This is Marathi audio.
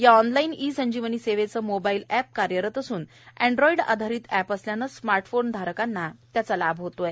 या ऑनलाईन ई संजीवनी सेवेचे मोबाईल एप ही कार्यरत असून एण्ड्राईड आधारीत एप असल्याने स्मार्ट फोन धारकांना त्याचा लाभ होत आहे